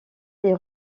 les